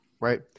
Right